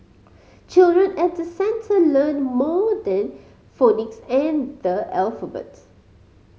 children at the centre learn more than phonics and the alphabet